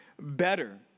better